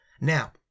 Now